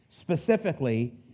specifically